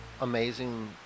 amazing